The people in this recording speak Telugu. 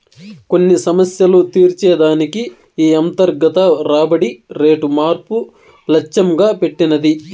కొన్ని సమస్యలు తీర్చే దానికి ఈ అంతర్గత రాబడి రేటు మార్పు లచ్చెంగా పెట్టినది